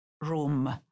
room